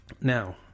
now